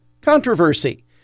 controversy